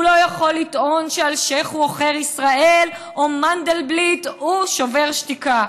הוא לא יכול לטעון שאלשיך הוא עוכר ישראל או מנדלבליט הוא שובר שתיקה.